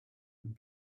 and